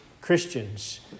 Christians